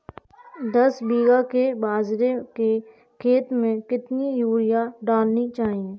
दस बीघा के बाजरे के खेत में कितनी यूरिया डालनी चाहिए?